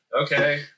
Okay